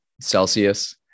Celsius